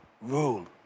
rule